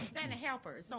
and helper. so